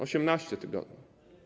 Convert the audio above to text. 18 tygodni.